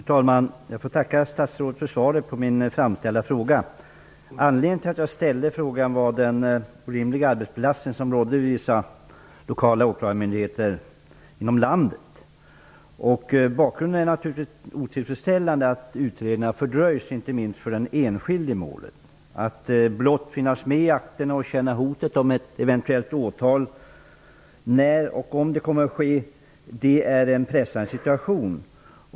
Fru talman! Jag får tacka statsrådet för svaret på min fråga. Anledningen till att jag har ställt frågan är den orimliga arbetsbelastning som råder vid vissa lokala åklagarmyndigheter i landet. Det är naturligtvis otillfredsställande att utredningen har fördröjts, inte minst för enskilda i olika mål. Att finnas med i en akt och känna hotet av ett eventuellt åtal -- när och om det kommer att ske -- utgör en pressande situation.